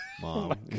mom